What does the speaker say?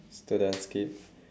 student skip